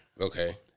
Okay